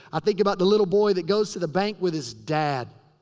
i think about the little boy that goes to the bank with his dad.